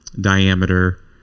diameter